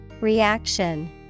Reaction